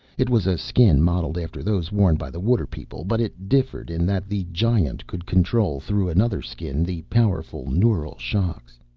it was a skin modeled after those worn by the water-people, but it differed in that the giant could control, through another skin, the powerful neural shocks.